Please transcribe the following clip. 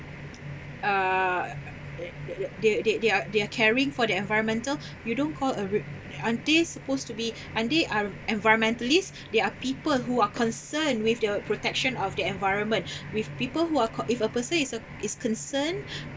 uh they they they are they are caring for the environmental you don't call a re~ aren't they supposed to be aren't they are environmentalists they are people who are concerned with the protection of the environment with people who are co~ if a person is a is concerned